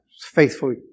faithfully